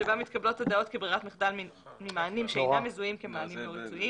שבה מתקבלות הודעות כברירת מחדל ממענים שאינם מזוהים כמענים לא רצויים.